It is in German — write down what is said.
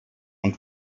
und